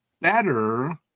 better